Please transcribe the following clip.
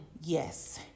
Yes